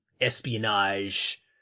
espionage